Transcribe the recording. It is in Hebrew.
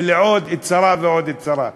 ולעוד צרה ועוד צרה.